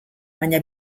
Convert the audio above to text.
baina